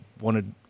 wanted